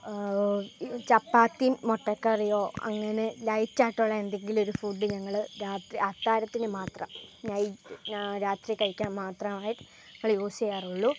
ചപ്പാത്തിയും മുട്ടക്കറിയൊ അങ്ങനെ ലൈറ്റായിട്ടുള്ള എന്തെങ്കിലുമൊരു ഫുഡ്ഡ് ഞങ്ങൾ രാത്രി അത്താഴത്തിനു മാത്രം നൈറ്റ് രാത്രി കഴിക്കാൻ മാത്രമായി ഞങ്ങൾ യൂസ് ചെയ്യാറുള്ളു